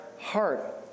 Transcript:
heart